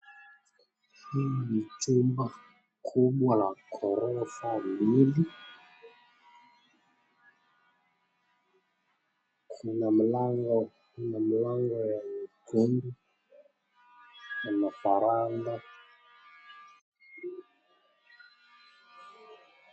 Hii ni chumba kubwa la ghorofa mbili, kuna mlango wa nyekundu kuna veranda .